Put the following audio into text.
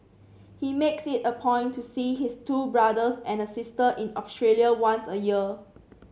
he makes it a point to see his two brothers and a sister in Australia once a year